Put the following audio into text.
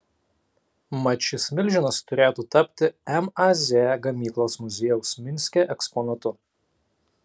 mat šis milžinas turėtų tapti maz gamyklos muziejaus minske eksponatu